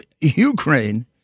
Ukraine